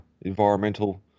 environmental